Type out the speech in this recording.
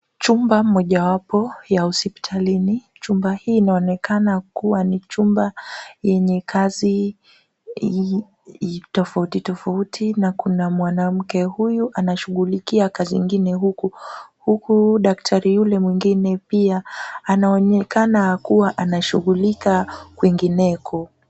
Chumba mojawapo ya hospitalini. Chumba hii inaonekana kuwa ni chumba yenye kazi tofauti tofauti na kuna mwanamke huyu anashughulikia kazi ingine. Huku daktari yule mwingine pia anaonekana kuwa anashughulika kwingineko.